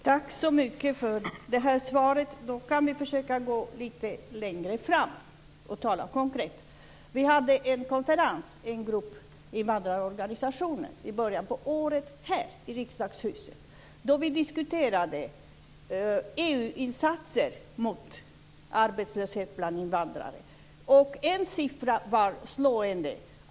Herr talman! Tack så mycket för svaret. Då kan vi försöka gå lite längre och tala konkret. En grupp invandrarorganisationer hade en konferens i början på året här i riksdagshuset, då vi diskuterade EU-insatser mot arbetslöshet bland invandrare. En siffra var slående.